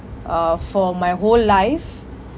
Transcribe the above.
uh for my whole life